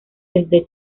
desde